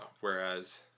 whereas